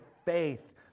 faith